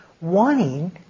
wanting